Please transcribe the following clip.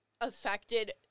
affected